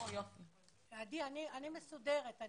עדי, אני מסודרת.